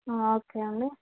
okay అండి